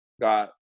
got